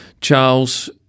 Charles